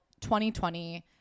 2020